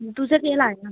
तुसें केह् लाए दा